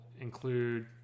include